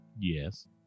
yes